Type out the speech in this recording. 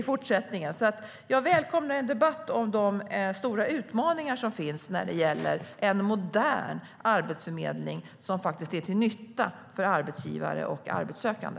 Jag välkomnar en debatt om de stora utmaningar som finns när det gäller en modern arbetsförmedling som är till nytta för både arbetsgivare och arbetssökande.